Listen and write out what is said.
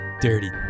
dirty